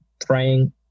praying